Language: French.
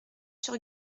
sur